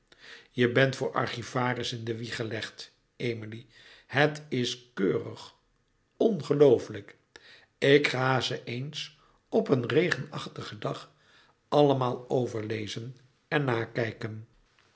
je bent voor archivaris in de wieg gelegd emilie het is keurig ongelooflijk ik ga ze eens op een regenachtigen dag allemaal overlezen en nakijken